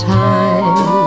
time